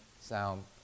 sound